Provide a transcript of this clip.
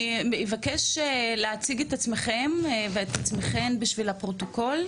אני אבקש להציג את עצמכם ואת עצמכן בשביל הפרוטוקול,